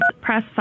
press